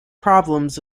problems